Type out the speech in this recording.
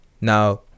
now